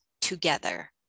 together